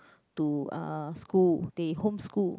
to uh school they home school